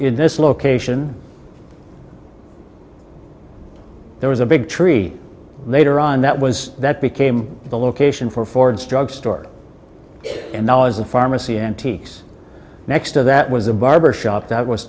in this location there was a big tree later on that was that became the location for ford's drug store and now is the pharmacy antiques next to that was a barber shop that was